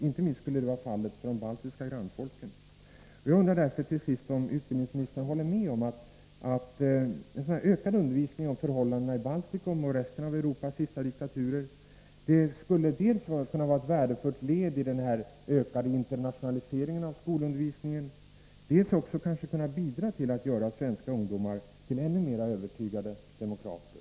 Inte minst för de baltiska grannfolken skulle det vara fallet. Jag undrar därför till sist om skolministern håller med om att en ökad undervisning om förhållandena i Baltikum och resten av Europas sista diktaturer dels skulle kunna vara ett värdefullt led i den ökade internationaliseringen av skolundervisningen, dels kanske kunde bidra till att göra svenska ungdomar till ännu mer övertygade demokrater.